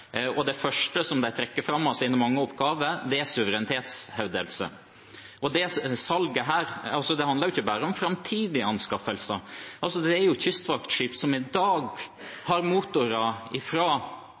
Det første de trekker fram som en av sine mange oppgaver, er suverenitetshevdelse. Dette salget handler ikke bare om framtidige anskaffelser. Det er jo kystvaktskip som i dag